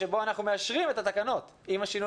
פרט לכך יש פה כל מיני תקנות שאתם